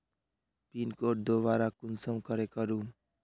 Pin code दोबारा कुंसम करे करूम?